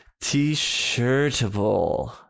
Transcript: T-shirtable